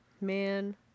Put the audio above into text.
Man